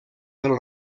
del